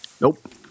Nope